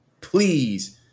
please